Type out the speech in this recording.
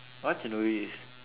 what's a